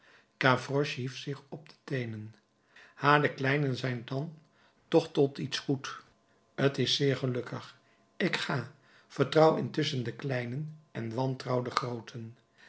gavroche hief zich op de teenen ha de kleinen zijn dan toch tot iets goed t is zeer gelukkig ik ga vertrouw intusschen de kleinen en wantrouw de grooten